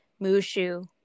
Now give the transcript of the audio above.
Mushu